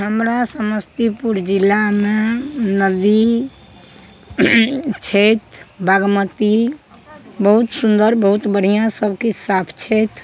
हमरा समस्तीपुर जिलामे नदी छथि बागमती बहुत सुन्दर बहुत बढ़िऑं सबकिछु साफ छथि